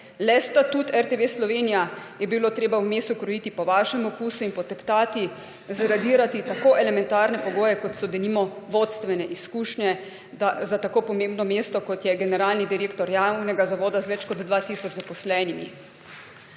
le statut RTV Slovenija je bilo treba vmes ukrojiti po vašem okusu in poteptati, zredirati tako elementarne pogoje, kot so denimo vodstvene izkušnje za tako pomembno mesto, kot je generalni direktor javnega zavoda z več kot 2 tisoč zaposlenimi.